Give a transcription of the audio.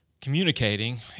Communicating